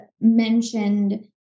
mentioned